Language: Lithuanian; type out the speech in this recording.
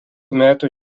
metų